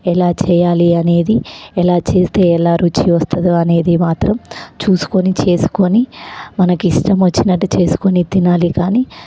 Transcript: ఎలా చెయ్యాలి అనేది ఎలా చేస్తే ఎలా రుచి వస్తుందో అనేది మాత్రం చూసుకొని చూసుకొని మనకి ఇష్టం వచ్చిన్నట్లు చూసుకొని తినాలి కానీ